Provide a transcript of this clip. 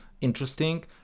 interesting